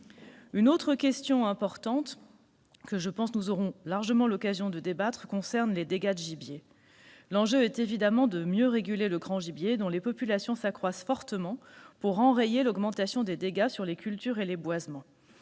Une autre question importante, dont nous aurons largement l'occasion de débattre, concerne les dégâts de gibier. L'enjeu est de mieux réguler le grand gibier, dont les populations s'accroissent fortement, afin d'enrayer l'augmentation des dégâts sur les cultures et les boisements.